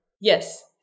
yes